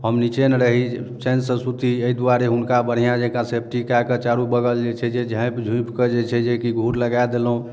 हम निचेन रही चैनसँ सूती अइ दुआरे हुनका बढ़िआँ जकाँ सेफ्टी कए कऽ चारु बगल जे छै जे झाँपि झुपिकऽ जे छै जे कि घूर लगए देलौ